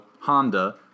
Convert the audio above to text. Honda